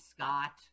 Scott